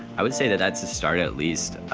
i would say that that's a start, at least